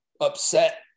upset